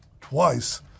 twice